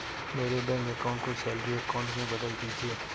मेरे bank account को salary account में बदल दीजिए